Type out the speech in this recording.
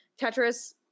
tetris